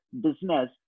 business